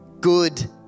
good